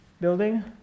building